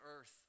earth